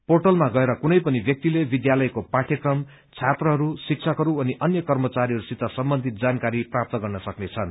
पोटलमा गएर कुनै पनि ब्यलि विध्यालयको पाठयक्रम छात्रहरू शिक्षकहरू अनि अन्य कर्मचारीहरूसित सम्बन्धित जानकारी प्राप्त गर्न सक्नेछन्